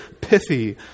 pithy